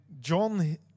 John